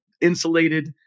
insulated